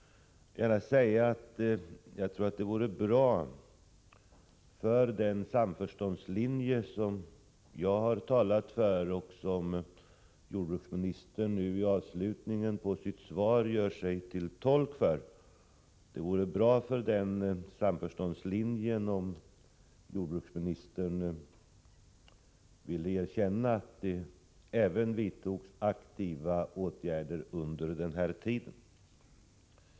Jag tror att det vore bra för den samförståndslinje som jag har talat för och som jordbruksministern i slutet av sitt svar gjorde sig till tolk för om jordbruksministern vill erkänna att det gjordes aktiva insatser även under den tiden.